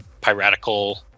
piratical